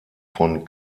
von